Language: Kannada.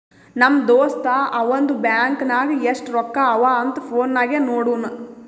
ನಮ್ ದೋಸ್ತ ಅವಂದು ಬ್ಯಾಂಕ್ ನಾಗ್ ಎಸ್ಟ್ ರೊಕ್ಕಾ ಅವಾ ಅಂತ್ ಫೋನ್ ನಾಗೆ ನೋಡುನ್